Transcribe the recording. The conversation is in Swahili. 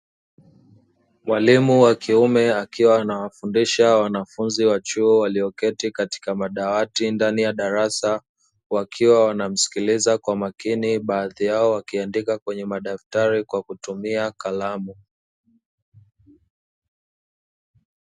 Mwalimu wa kiume, akiwa anawafundisha wanafunzi wa chuo, walioketi katika madawati ndani ya darasa, wakiwa wanamsikiliza kwa makini, baadhi yao wakiandika kwenye madaftari kwa kutumia kalamu.